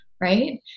right